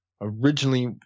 Originally